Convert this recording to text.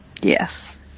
Yes